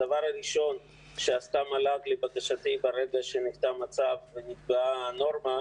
הדבר הראשון שעשתה מל"ג לבקשתי ברגע שנוצר מצב ונקבעה נורמה,